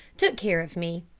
took care of me.